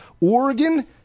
Oregon